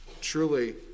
truly